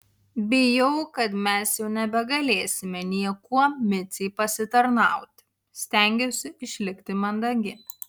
bijau kad mes jau nebegalėsime niekuo micei pasitarnauti stengiausi išlikti mandagi